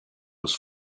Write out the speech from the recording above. was